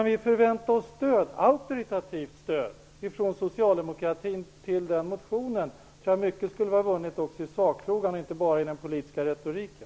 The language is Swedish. Då vill jag ställa frågan så här: Kan vi förvänta oss auktorativt stöd från socialdemokratin för den motionen? Mycket skulle då vara vunnet i sakfrågan och inte bara i den politiska retoriken.